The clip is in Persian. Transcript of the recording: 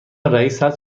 رئیست